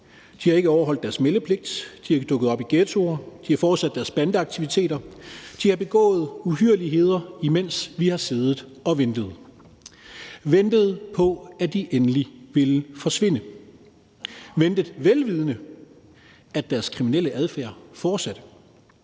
De har ikke overholdt deres meldepligt, de er dukket op i ghettoer, de har fortsat deres bandeaktiviteter, de har begået uhyrligheder, imens vi har siddet og ventet – ventet på, at de endelig ville forsvinde, ventet, vel vidende at deres kriminelle adfærd fortsatte.